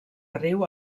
riu